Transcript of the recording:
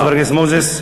תודה, חבר הכנסת מוזס.